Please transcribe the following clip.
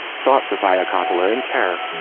thought sofia coppola in terror.